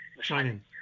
Shining